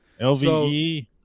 LVE